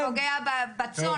זה פוגע בצאן.